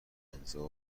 انزوا